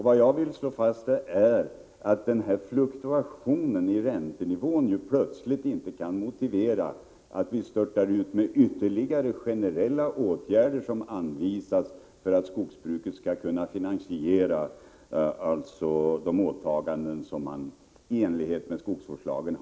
Vad jag vill slå fast är att denna fluktuation i räntenivån inte plötsligt kan motivera att vi störtar ut med ytterliga generella åtgärder för att skogsbruket skall kunna finansiera de åtaganden som man har enligt skogsvårdslagen.